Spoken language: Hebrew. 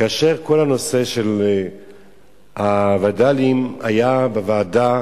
כאשר כל הנושא של הווד"לים היה בוועדה,